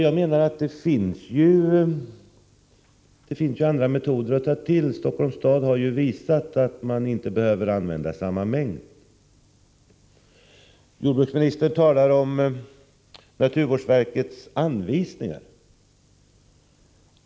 Jag anser att det finns andra metoder att ta till; Stockholm har visat att man inte behöver använda samma mängder. Jordbruksministern talar om naturvårdsverkets ”anvisningar”.